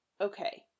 Okay